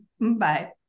Bye